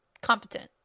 competent